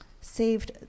saved